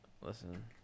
Listen